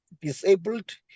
disabled